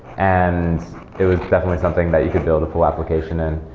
and it was definitely something that you could build a full application in.